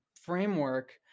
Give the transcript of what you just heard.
framework